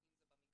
אם זה במגרש,